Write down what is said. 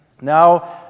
now